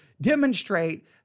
demonstrate